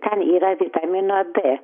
ten yra vitamino d